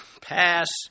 Pass